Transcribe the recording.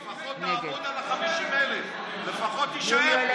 לפחות תעבוד על ה-50,000, לפחות תישאר פה.